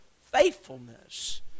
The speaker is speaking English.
faithfulness